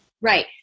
Right